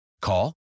Call